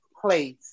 place